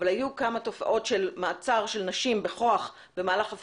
אבל היו כמה תופעות של מעצר של נשים בכוח במהלך